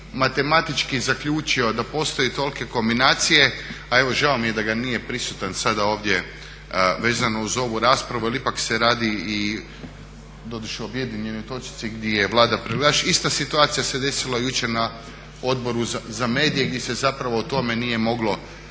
matematički zaključio da postoje tolike kombinacije, a evo žao mi je da nije sada prisutan ovdje vezano uz ovu raspravu, jer ipak se radi i doduše objedinjenoj točci gdje je Vlada predlagač. Ista situacija se desila jučer na Odboru za medije gdje se zapravo o tome nije moglo